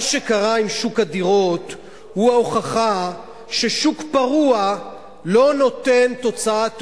מה שקרה עם שוק הדירות הוא ההוכחה ששוק פרוע לא נותן תוצאה טובה.